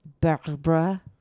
Barbara